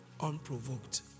unprovoked